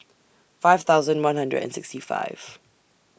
five thousand one hundred and sixty five